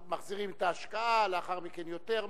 מחזירים את ההשקעה, לאחר מכן יותר מס,